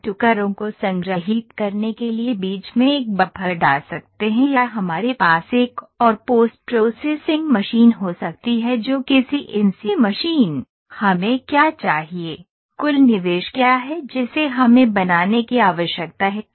हम टुकड़ों को संग्रहीत करने के लिए बीच में एक बफर डाल सकते हैं या हमारे पास एक और पोस्ट प्रोसेसिंग मशीन हो सकती है जो कि सीएनसी मशीन हमें क्या चाहिए कुल निवेश क्या है जिसे हमें बनाने की आवश्यकता है